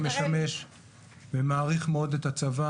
אני גם משמש ומעריך מאוד את הצבא,